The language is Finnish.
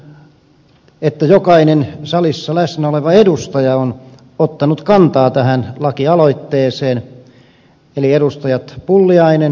kiitän että jokainen salissa läsnä oleva edustaja on ottanut kantaa tähän lakialoitteeseen eli edustajat pulliainen ja kiviranta